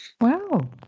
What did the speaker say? Wow